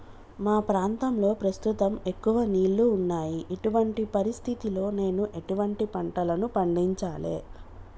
మా ప్రాంతంలో ప్రస్తుతం ఎక్కువ నీళ్లు ఉన్నాయి, ఇటువంటి పరిస్థితిలో నేను ఎటువంటి పంటలను పండించాలే?